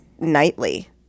nightly